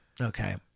Okay